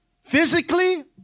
Physically